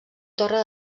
torre